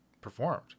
performed